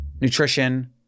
nutrition